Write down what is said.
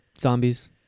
zombies